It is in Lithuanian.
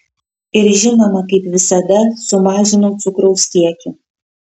ir žinoma kaip visada sumažinau cukraus kiekį